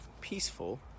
peaceful